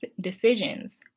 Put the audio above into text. decisions